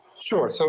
sure. so